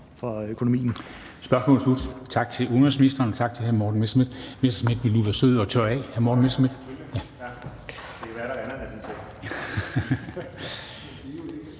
for økonomien.